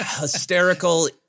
hysterical